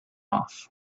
off